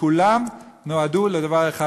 וכולם נועדו לדבר אחד,